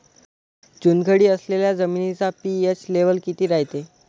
चुनखडी असलेल्या जमिनीचा पी.एच लेव्हल किती रायते?